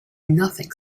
nothing